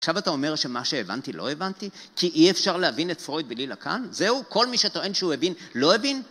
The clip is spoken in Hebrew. עכשיו אתה אומר שמה שהבנתי לא הבנתי, כי אי אפשר להבין את פרויד בלי לקן? זהו, כל מי שטוען שהוא הבין, לא הבין?